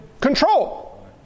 control